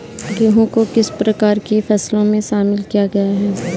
गेहूँ को किस प्रकार की फसलों में शामिल किया गया है?